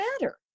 matter